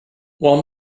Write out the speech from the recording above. while